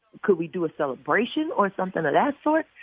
could we do a celebration or something of that sort?